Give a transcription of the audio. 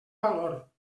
valor